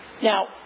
Now